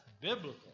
biblical